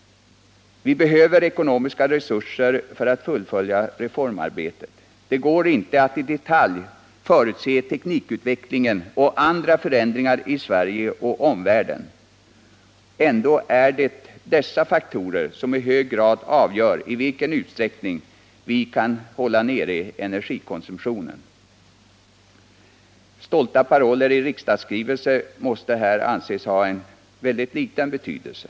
Vi behöver ekonomiska resurser för att fullfölja reformarbetet. Det går inte att i detalj förutse teknikutveckling och andra förändringar i Sverige och i omvärlden. Ändå är det dessa faktorer som i hög grad avgör i vilken utsträckning vi kan hålla nere energikonsumtionen. Stolta paroller i riksdagsskrivelser måste här anses ha en ytterst liten betydelse.